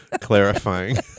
clarifying